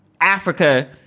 Africa